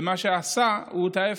ועשה את ההפך.